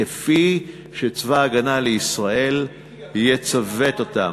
כפי שצבא הגנה לישראל יצוות אותם.